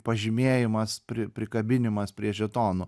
pažymėjimas pri prikabinimas prie žetonų